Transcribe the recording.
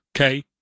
Okay